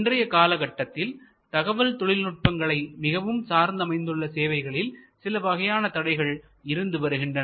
இன்றைய காலகட்டத்தில் தகவல் தொழில்நுட்பங்களை மிகவும் சார்ந்து அமைந்துள்ள சேவைகளில் சில வகையான தடைகள் இருந்து வருகின்றன